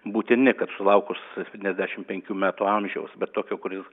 jau būtini kad sulaukus spetyniasdešim penkių metų amžiaus bet tokio kuris